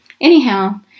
anyhow